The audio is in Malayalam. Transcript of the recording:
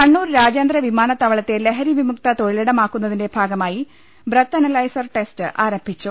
കണ്ണൂർ രാജ്യാന്തര വിമാനത്താവളത്തെ ലഹരി വിമുക്ത തൊഴിലിടം ആക്കുന്നതിന്റെ ഭാഗമായി ബ്രത് അനലൈസർ ടെസ്റ്റ് ആരംഭിച്ചു